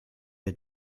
der